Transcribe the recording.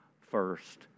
first